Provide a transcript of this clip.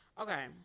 Okay